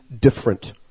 different